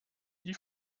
die